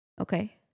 Okay